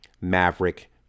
Maverick